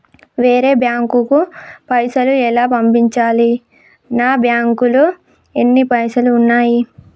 వేరే బ్యాంకుకు పైసలు ఎలా పంపించాలి? నా బ్యాంకులో ఎన్ని పైసలు ఉన్నాయి?